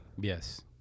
Yes